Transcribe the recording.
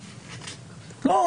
לא.